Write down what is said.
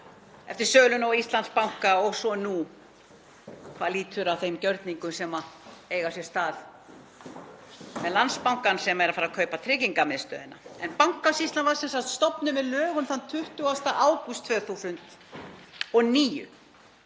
eftir söluna á Íslandsbanka og svo nú hvað lýtur að þeim gjörningum sem eiga sér stað með Landsbankann sem er að fara að kaupa Tryggingamiðstöðina. En Bankasýslan var stofnuð með lögum þann 20. ágúst 2009